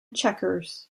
checkers